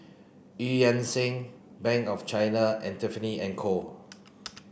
Eu Yan Sang Bank of China and Tiffany and Co